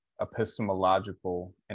epistemological